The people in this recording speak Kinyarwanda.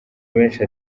menshi